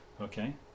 Okay